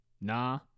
nah